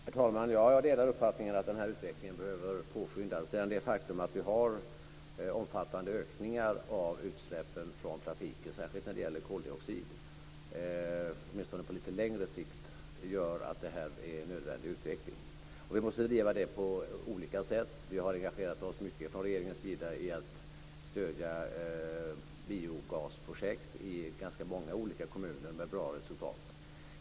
Herr talman! Jag delar uppfattningen att den här utvecklingen behöver påskyndas. Det faktum att det sker omfattande ökningar av utsläppen från trafiken, särskilt när det gäller koldioxid, gör - åtminstone på lite längre sikt - att detta är en nödvändig utveckling. Det positiva är att vi i regeringen har engagerat oss mycket i att stödja biogasprojekt i ganska många kommuner med bra resultat.